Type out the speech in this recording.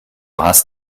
hast